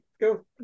Go